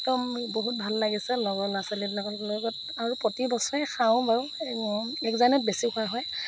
একদম বহুত ভাল লাগিছে লগৰ ল'ৰা ছোৱালীবিলাকৰ লগত আৰু প্ৰতি বছৰেই খাওঁ বাৰু এক জানুৱাৰীত বেছি খোৱা হয়